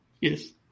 Yes